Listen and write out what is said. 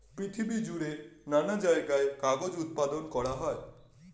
পৃথিবী জুড়ে নানা জায়গায় কাগজ উৎপাদন করা হয়